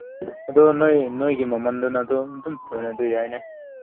ꯑꯗꯨ ꯅꯣꯏ ꯅꯣꯏꯒꯤ ꯃꯃꯟꯗꯨꯅ ꯑꯗꯨꯝ ꯑꯗꯨꯝ ꯑꯣꯏꯔꯁꯨ ꯌꯥꯏꯅꯦ